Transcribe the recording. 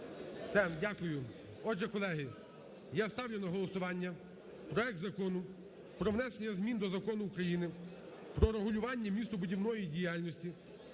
Все. Дякую. Отже, колеги, я ставлю на голосування проект Закону про внесення змін до Закону України "Про регулювання містобудівної діяльності"